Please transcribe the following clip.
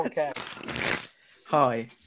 Hi